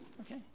okay